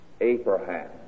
Abraham